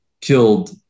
killed